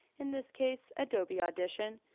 in this case adobe audition,